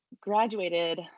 graduated